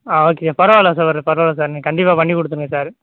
ஆ okay பரவால்லை sir ஒரு பரவால்லை சார் நீங்கள் கண்டிப்பாக பண்ணிக் கொடுத்துருங்க சார்